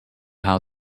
how